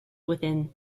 within